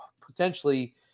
potentially